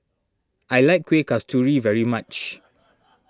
I like Kuih Kasturi very much